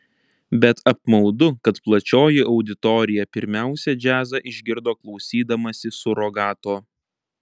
bet apmaudu kad plačioji auditorija pirmiausia džiazą išgirdo klausydamasi surogato